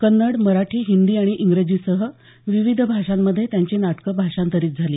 कन्नड मराठी हिंदी आणि इंग्रजीसह विविध भाषांमध्ये त्यांची नाटकं भाषांतरीत झाली